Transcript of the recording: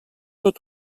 tot